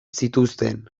zituzten